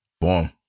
Boom